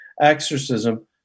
exorcism